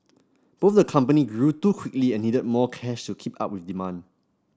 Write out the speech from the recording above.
both the company grew too quickly and needed more cash to keep up with demand